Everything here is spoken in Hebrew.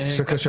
סקר של